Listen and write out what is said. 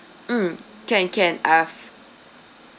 mm can can uh